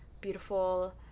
beautiful